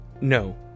No